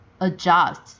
adjust